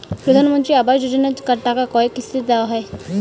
প্রধানমন্ত্রী আবাস যোজনার টাকা কয় কিস্তিতে দেওয়া হয়?